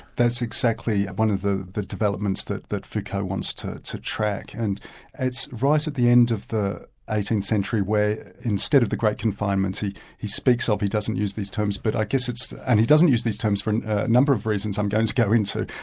that's exactly one of the the developments that that foucault wants to to track. and it's right at the end of the eighteenth century where instead of the great confinements, he he speaks of, he doesn't use these terms, but i guess it's and he doesn't use these terms for a number of reasons i'm going to go into.